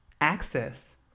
access